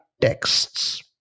texts